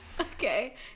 Okay